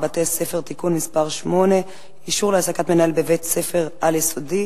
בתי-ספר (תיקון מס' 8) (אישור להעסקת מנהל בבית-ספר על-יסודי),